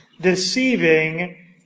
deceiving